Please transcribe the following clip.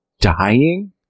dying